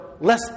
less